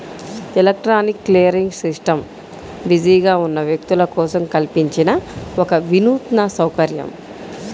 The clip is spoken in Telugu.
ఎలక్ట్రానిక్ క్లియరింగ్ సిస్టమ్ బిజీగా ఉన్న వ్యక్తుల కోసం కల్పించిన ఒక వినూత్న సౌకర్యం